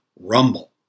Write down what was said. rumble